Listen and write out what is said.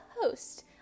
host